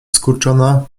skurczona